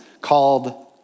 called